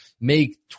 make